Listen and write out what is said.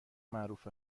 معروف